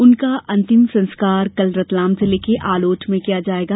उनका अंतिम संस्कार कल रतलाम जिले के आलोट में किया जायेगा